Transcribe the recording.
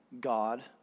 God